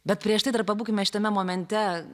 bet prieš tai dar pabūkime šitame momente